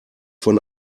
von